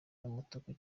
n’umutuku